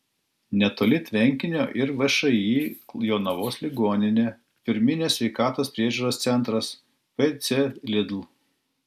netoli tvenkinio ir všį jonavos ligoninė pirminės sveikatos priežiūros centras pc lidl